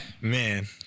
man